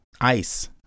ice